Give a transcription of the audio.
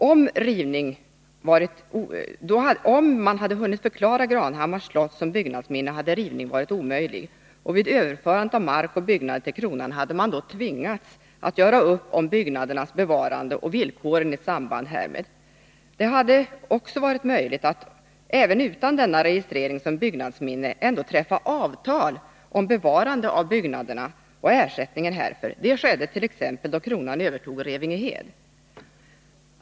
Om man hunnit förklara Granhammars slott som byggnadsminne hade ju rivning varit omöjlig, och vid överförandet av mark och byggnader till Kronan hade man tvingats göra upp om byggnadernas bevarande och villkoren i samband härmed. Det hade i och för sig varit möjligt, även utan denna registrering som byggnadsminne, att träffa avtal om bevarande av byggnaderna och ersättningen härför. Detta skedde då Kronan övertog Revingehed.